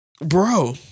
Bro